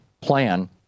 plan